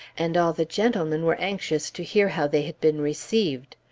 and all the gentlemen were anxious to hear how they had been received.